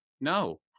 No